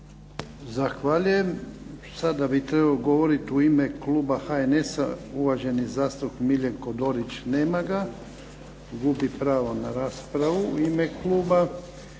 Zahvaljujem. Sada bi trebao govoriti u ime kluba HNS-a, uvaženi zastupnik Miljenko Dorić. Nema ga. Gubi pravo na raspravu u ime kluba.